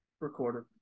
recorded